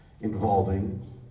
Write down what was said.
involving